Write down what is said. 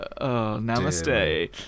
Namaste